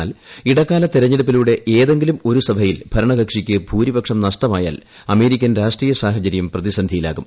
എന്നാൽ ഇടക്കാല തെരഞ്ഞെടുപ്പിലൂടെ ഏതെങ്കിലും ഒരു സഭയിൽ ഭരണകക്ഷിക്ക് ഭൂരിപ്രക്ഷം നഷ്ടമായാൽ അമേരിക്കൻ രാഷ്ട്രീയ സാഹചര്യം പ്രിതിസന്ധിയിലാകും